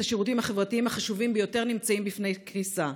השירותים החברתיים החשובים ביותר נמצאים בפני קריסה.